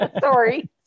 Sorry